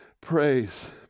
praise